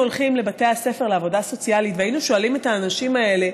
הולכים לבתי הספר לעבודה סוציאלית והיינו שואלים את האנשים האלה,